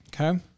Okay